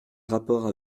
rapports